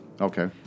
Okay